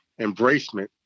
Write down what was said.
embracement